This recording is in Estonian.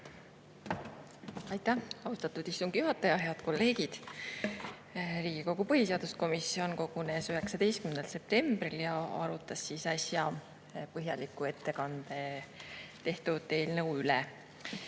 Aitäh, austatud istungi juhataja! Head kolleegid! Riigikogu põhiseaduskomisjon kogunes 19. septembril ja arutas äsja põhjalikult ette kantud eelnõu.